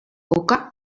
oka